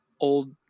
old